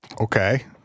Okay